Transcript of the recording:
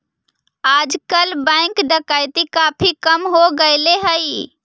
आजकल बैंक डकैती काफी कम हो गेले हई